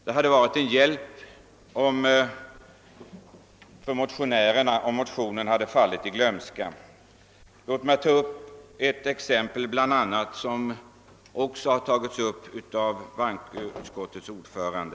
Det hade varit till hjälp Låt mig som exempel ta en mening som berördes även av bankoutskottets ordförande.